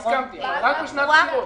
אני הסכמתי, אבל רק בשנת בחירות.